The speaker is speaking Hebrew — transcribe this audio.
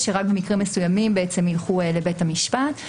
שרק במקרים מסוימים ילכו לבית המשפט,